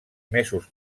mesos